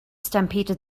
stampeded